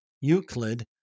Euclid